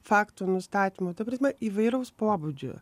faktų nustatymų ta prasme įvairaus pobūdžio